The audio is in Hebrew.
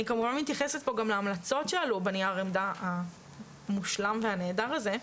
אני כמובן מתייחסת פה גם להמלצות שעלו בנייר המושלם והנהדר הזה,